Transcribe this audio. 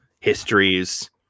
histories